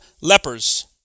lepers